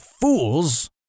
fools